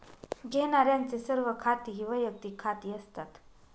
घेण्यारांचे सर्व खाती ही वैयक्तिक खाती असतात